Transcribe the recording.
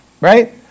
right